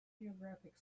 geographic